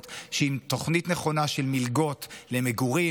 שעם תוכנית נכונה של מלגות למגורים,